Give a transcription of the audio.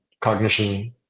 cognition